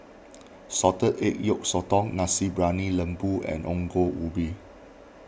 Salted Egg Yolk Sotong Nasi Briyani Lembu and Ongol Ubi